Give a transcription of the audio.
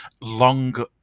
long